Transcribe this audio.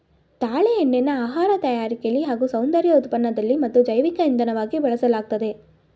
ತಾಳೆ ಎಣ್ಣೆನ ಆಹಾರ ತಯಾರಿಕೆಲಿ ಹಾಗೂ ಸೌಂದರ್ಯ ಉತ್ಪನ್ನದಲ್ಲಿ ಮತ್ತು ಜೈವಿಕ ಇಂಧನವಾಗಿ ಬಳಸಲಾಗ್ತದೆ